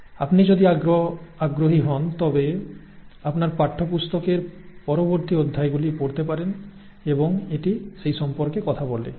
আপনি যদি আগ্রহী হন তবে আপনার পাঠ্যপুস্তকের পরবর্তী অধ্যায়গুলি পড়তে পারেন এবং এটি সেই সম্পর্কে কথা বলে